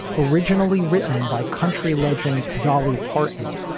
originally written by country legend dolly parton.